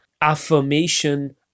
affirmation